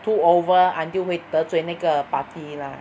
too over until 会得罪那个 party lah